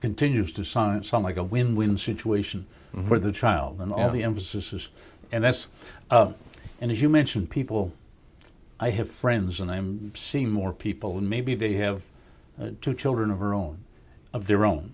continues to sign some like a win win situation for the child and the emphasis is and that's and as you mentioned people i have friends and i'm seeing more people than maybe they have two children of her own of their own